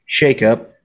shakeup